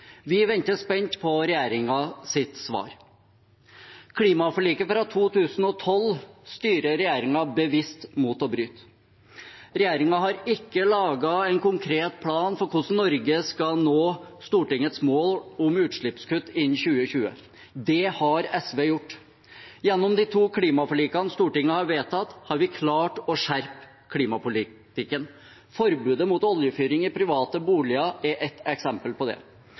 Vi venter spent på regjeringens svar. Klimaforliket fra 2012 styrer regjeringen bevisst mot å bryte. Regjeringen har ikke laget en konkret plan for hvordan Norge skal nå Stortingets mål om utslippskutt innen 2020. Det har SV gjort. Gjennom de to klimaforlikene Stortinget har vedtatt, har vi klart å skjerpe klimapolitikken. Forbudet mot oljefyring i private boliger er ett eksempel på det.